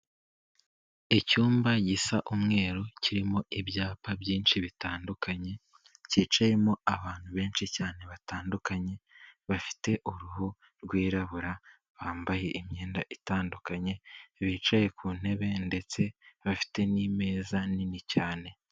Icyumba gisa umweru kirimo ibyapa byinshi bitandukanye cyicayemo abantu benshi cyane batandukanye, bafite uruhu rwirabura bambaye imyenda itandukanye bicaye ku ntebe ndetse bafite n'imeza nini cyane.